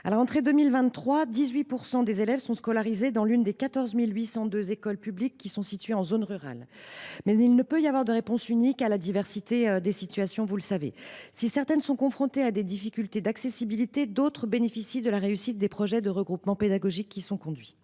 À la rentrée 2023, 18 % des élèves étaient scolarisés dans l’une des 14 802 écoles publiques situées en zone rurale. Toutefois, il ne peut y avoir de réponse unique à la diversité des situations : si certaines de ces écoles connaissent des difficultés d’accessibilité, d’autres bénéficient de la réussite des projets de regroupement pédagogique qui sont conduits.